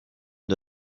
une